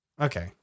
Okay